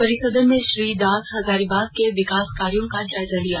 परिसदन में श्री दास हजारीबाग के विकास कार्यों का जायजा लिया